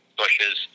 bushes